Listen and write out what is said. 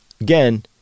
again